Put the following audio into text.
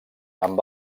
amb